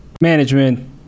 management